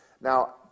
Now